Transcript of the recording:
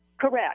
Correct